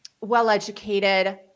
well-educated